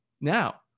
now